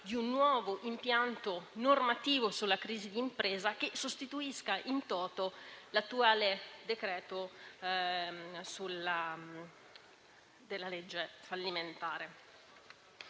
di un nuovo impianto normativo sulla crisi di impresa che sostituisca *in toto* l'attuale provvedimento sulla legge fallimentare.